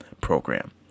program